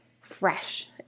fresh